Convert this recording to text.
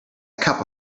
cup